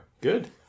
Good